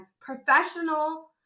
professional